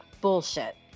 bullshit